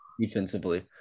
Defensively